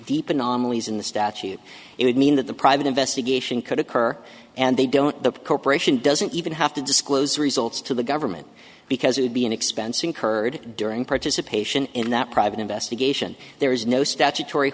deep anomalies in the statute it would mean that the private investigation could occur and they don't the corporation doesn't even have to disclose results to the government because it would be an expense incurred during participation in that private investigation there is no statutory